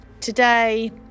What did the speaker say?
today